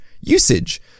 Usage